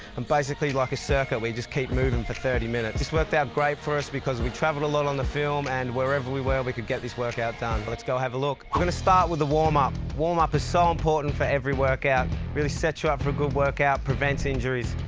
and basically like a circuit, we just keep moving for thirty minutes. it's worked out great for us because we travel a lot on the film and wherever we were we could get this workout done. but let's go have a look. we're gonna start with the warm up. warm-up is so important for every workout really sets you up for a good workout, prevents injuries.